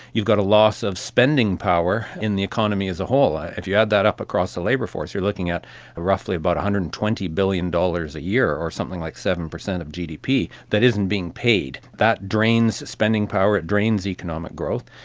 you've got a loss of spending power in the economy as a whole. if you add that up across the labour force you're looking at roughly about one hundred and twenty billion dollars a year or something like seven percent of gdp that isn't being paid. that drains spending power, it drains economic growth.